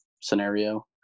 scenario